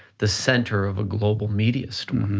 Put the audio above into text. the center of a global media so